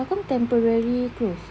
how come temporary closed